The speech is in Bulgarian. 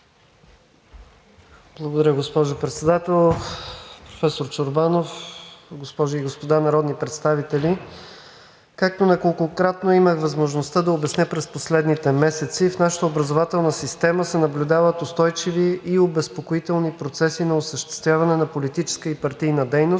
Благодаря, госпожо Председател. Професор Чорбанов, госпожи и господа народни представители! Както неколкократно имах възможността да обясня през последните месеци, в нашата образователна система се наблюдават устойчиви обезпокоителни процеси на осъществяване на политическа и партийна дейност,